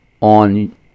on